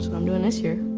i'm doing this year.